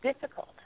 difficult